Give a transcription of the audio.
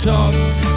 talked